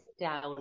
down